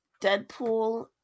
Deadpool